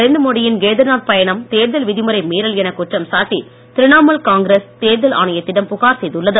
நரேந்திர மோடி யின் கேதார் நாத் பயணம் தேர்தல் விதிமுறை மீறல் எனக் குற்றம் சாட்டி திரிணமூல் காங்கிரஸ் தேர்தல் ஆணையத்திடம் புகார் செய்துள்ளது